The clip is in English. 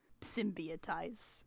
symbiotize